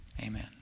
amen